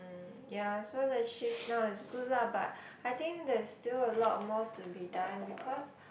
ya so the shift now is good lah but I think there's still a lot more to be done because